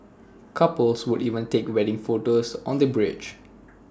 couples would even take wedding photos on the bridge